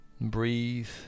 Breathe